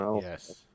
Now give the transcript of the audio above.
yes